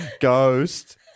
Ghost